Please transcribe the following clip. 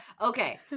Okay